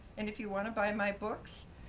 and if you wanna buy my books,